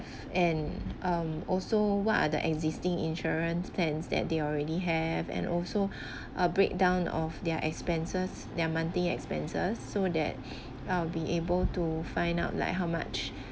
and um also what are the existing insurance plans that they already have and also a breakdown of their expenses their monthly expenses so that I'll be able to find out like how much